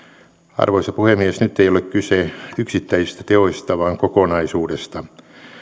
arvoisa puhemies nyt ei ole kyse yksittäisistä teoista vaan kokonaisuudesta